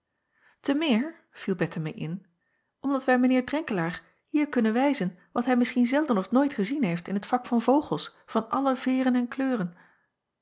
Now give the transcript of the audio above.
e meer viel ettemie in omdat wij mijn eer renkelaer hier kunnen wijzen wat hij misschien zelden of nooit gezien heeft in t vak van vogels van alle veêren en kleuren